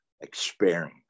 experience